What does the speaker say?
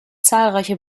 zahlreiche